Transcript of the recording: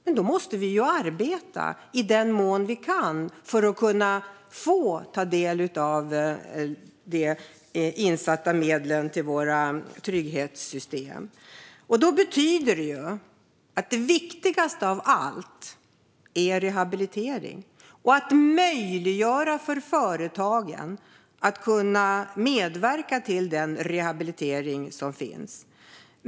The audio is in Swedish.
Men då måste vi ju arbeta i den mån vi kan för att kunna få ta del av de insatta medlen i våra trygghetssystem. Detta betyder att det viktigaste av allt är rehabilitering och att möjliggöra för företagen att medverka till den rehabilitering som finns.